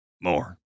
more